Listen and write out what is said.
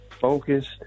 focused